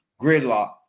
Gridlock